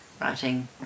writing